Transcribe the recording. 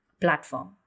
platform